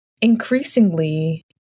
increasingly